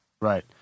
Right